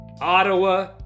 Ottawa